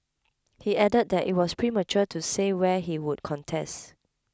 he added that it was premature to say where he would contest